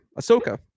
Ahsoka